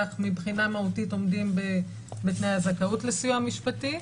אך מבחינה מהותית עומדים בתנאי הזכאות לסיוע משפטי.